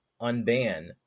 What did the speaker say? unban